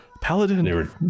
paladin